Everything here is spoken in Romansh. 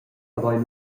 havein